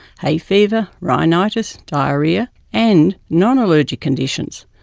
hay fever, rhinitis, diarrhoea, and non-allergic conditions,